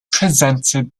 presented